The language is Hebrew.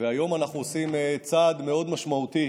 והיום אנחנו עושים צעד משמעותי